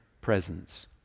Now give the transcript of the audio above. presence